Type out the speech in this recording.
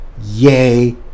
Yay